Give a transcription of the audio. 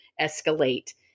escalate